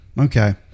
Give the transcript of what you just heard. Okay